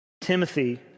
Timothy